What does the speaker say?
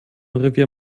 revier